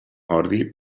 ordi